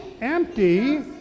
empty